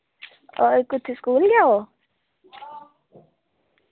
और कुत्थे स्कूल गै ओ